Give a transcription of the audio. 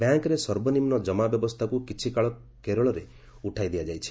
ବ୍ୟାଙ୍କ୍ରେ ସର୍ବନିମ୍ନ କମା ବ୍ୟବସ୍ଥାକୁ କିଛିକାଳ କେରଳରେ ଉଠାଇ ଦିଆଯାଇଛି